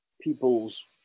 people's